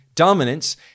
dominance